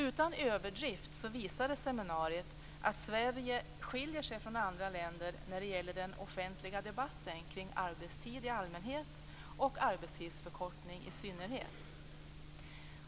Utan överdrift visade seminariet att Sverige skiljer sig från andra länder när det gäller den offentliga debatten kring arbetstid i allmänhet och arbetstidsförkortning i synnerhet.